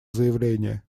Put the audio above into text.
заявление